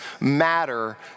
matter